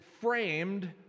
framed